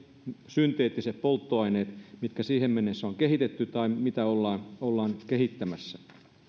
synteettiset polttoaineet mitkä siihen mennessä on kehitetty tai mitä ollaan ollaan kehittämässä